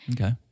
Okay